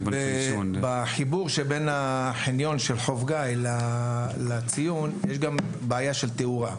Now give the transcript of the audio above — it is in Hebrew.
בחיבור שבין חוף גיא לציון, יש גם בעיה של תאורה,